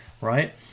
right